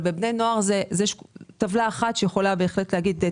בבני נוער יש טבלה אחת שבהחלט יכולה להראות.